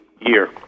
year